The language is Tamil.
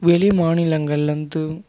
வெளி மாநிலங்களிலிருந்தும்